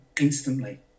instantly